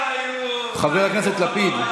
חבר הכנסת לפיד.